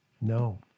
No